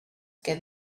que